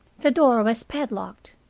the door was padlocked.